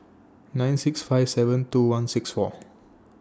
nine six five seven two one six four